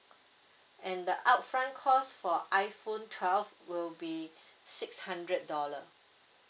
and the upfront cost for iphone twelve will be six hundred dollar